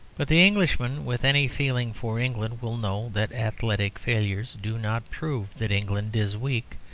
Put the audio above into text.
but the englishman with any feeling for england will know that athletic failures do not prove that england is weak,